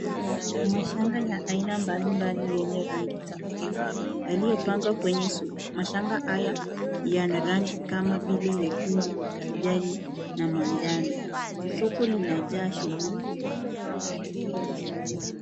Mashanga ya aina mbalimbali yenye rangi tofauti, yaliyopangwa kwenye soko. Mashanga haya yana rangi kama vile: nyekundu, kijani na manjano. Soko linajaa shughuli.